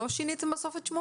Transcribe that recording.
בסוף לא שיניתם את שמו